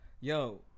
Yo